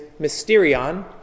mysterion